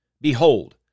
Behold